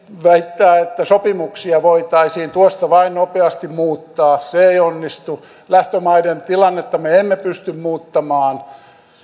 väittää että sopimuksia voitaisiin tuosta vain nopeasti muuttaa se ei onnistu lähtömaiden tilannetta me emme pysty muuttamaan